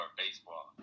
baseball